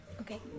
Okay